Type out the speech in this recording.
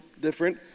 different